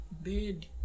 bed